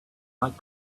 like